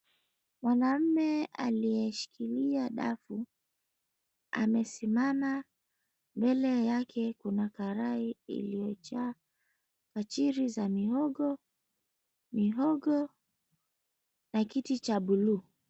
Mwanamume aliyeshikilia dafu, amesimama mbele yake kuna karai iliyojaa kachiri za mihogo, mihogo, na kiti cha buluu.